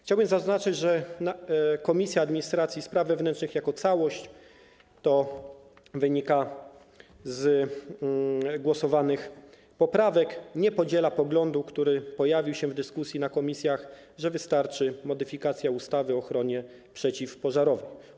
Chciałbym zaznaczyć, że Komisja Administracji i Spraw Wewnętrznych jako całość - to wynika z głosowanych poprawek - nie podziela poglądu, który pojawił się w dyskusji w komisjach, że wystarczy modyfikacja ustawy o ochronie przeciwpożarowej.